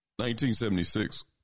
1976